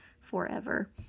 forever